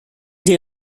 day